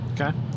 Okay